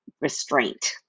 restraint